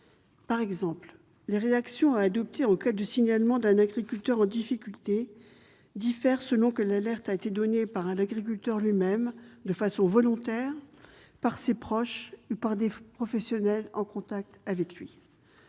Par exemple, les réactions à adopter en cas de signalement d'un agriculteur en difficulté diffèrent selon que l'alerte a été donnée par l'agriculteur lui-même, de façon volontaire, par ses proches ou par des professionnels en contact avec lui.